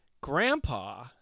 Grandpa